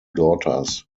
daughters